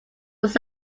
was